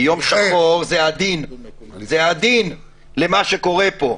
"יום שחור" למה שקורה פה.